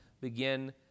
begin